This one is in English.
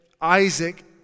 Isaac